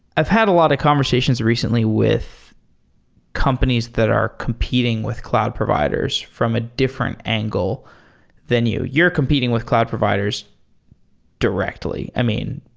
i've had a lot of conversations recently with companies that are competing with cloud providers from a different angle than you. you're competing with cloud providers directly. i mean,